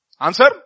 Answer